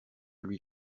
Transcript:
lui